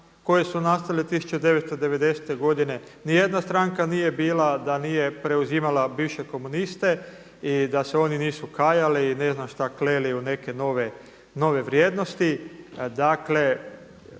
koje su nastale 1990. godine. Ni jedna stranka nije bila da nije preuzimala bivše komuniste i da se oni nisu kajali i ne znam šta kleli u neke nove vrijednosti.